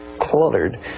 cluttered